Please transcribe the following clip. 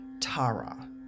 Tara